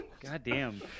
Goddamn